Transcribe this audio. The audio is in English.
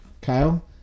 Kyle